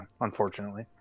unfortunately